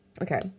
Okay